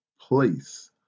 place